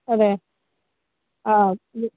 അതെ ആ